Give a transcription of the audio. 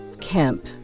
Kemp